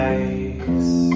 ice